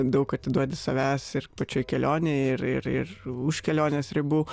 daug atiduodi savęs ir pačioj kelionėj ir ir už kelionės ribų